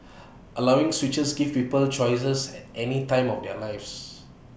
allowing switches gives people choice at any time of their lives